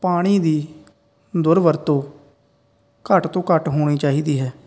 ਪਾਣੀ ਦੀ ਦੁਰਵਰਤੋਂ ਘੱਟ ਤੋਂ ਘੱਟ ਹੋਣੀ ਚਾਹੀਦੀ ਹੈ